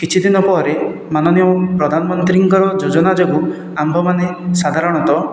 କିଛିଦିନ ପରେ ମାନନୀୟ ପ୍ରଧାନମନ୍ତ୍ରୀଙ୍କର ଯୋଜନା ଯୋଗୁଁ ଆମ୍ଭେମାନେ ସାଧାରଣତଃ